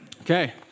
Okay